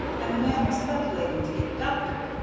and the man was calc'lating to get doctored,